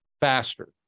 faster